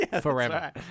forever